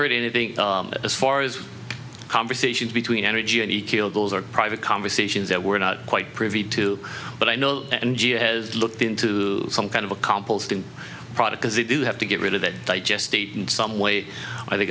heard anything as far as conversations between energy and he killed those are private conversations that we're not quite privy to but i know and has looked into some kind of a composting product as they do have to get rid of that digest state in some way